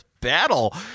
battle